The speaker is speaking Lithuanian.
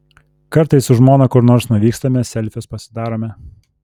kartais su žmona kur nors nuvykstame selfius pasidarome